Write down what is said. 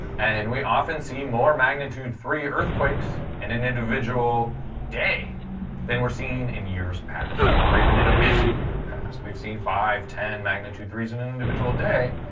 and we often see more magnitude three earthquakes in an individual day than we're seeing in years past, or even in a busy year past. we've seen five, ten magnitude three s in an individual day,